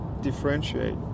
differentiate